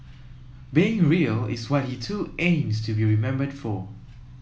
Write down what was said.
being real is what he too aims to be remembered for